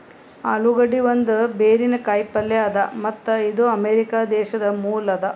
ಆಲೂಗಡ್ಡಿ ಒಂದ್ ಬೇರಿನ ಕಾಯಿ ಪಲ್ಯ ಅದಾ ಮತ್ತ್ ಇದು ಅಮೆರಿಕಾ ದೇಶದ್ ಮೂಲ ಅದಾ